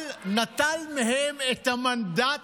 אבל נטל מהם את המנדט